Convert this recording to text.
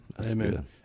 Amen